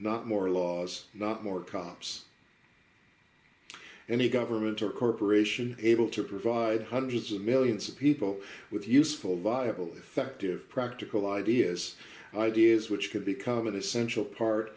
not more laws not more cops and a government or corporation able to provide hundreds of millions of people with useful viable effective practical ideas ideas which can become an essential part